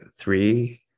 Three